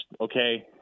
okay